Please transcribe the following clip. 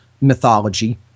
mythology